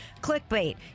clickbait